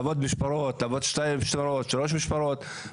לעבוד שתי משמרות, שלוש משמרות.